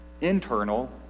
internal